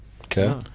Okay